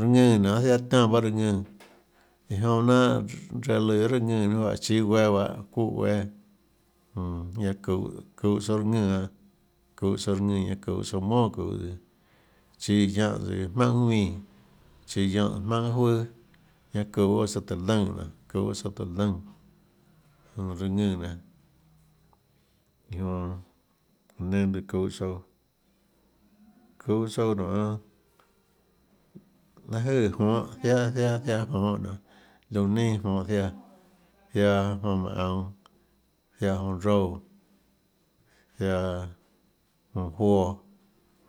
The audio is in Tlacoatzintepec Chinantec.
nionê ziaã taã tiánã pahâ raã ðùnã iã jonã jnánhà reã lùã guiohà raã ðùnã ninâ juáhã chíâ guéã bahâ çúhã guéâ jmm ñanã çuhå çuhå tsouã raã ðùnã çuhå tsouã raã ðùnã ñanã çuhå tsouã monà çuhå tsøã chíâ guiánhã tsøã jmaùnhà ðuínã chíâ guiánhã jmaùnhàjuøà ñanã huhå baâ tsouã tùhå lønè nionê huhå baâ tsouã tùhå lønè maùnã raã ðùnãnenã iã jonã nenã lùã çuhå tsouã çuhå tsouã nonê láhå jøè jonhå ziáâ ziáâ ziáâ jonhå nionê liónã neinâ jonhå ziaã ziaã jonhå manã aunå ziaã jonhå roúã ziaã jonhåfoã.